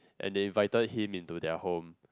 and they invited him into their home